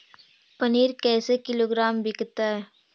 पनिर कैसे किलोग्राम विकतै?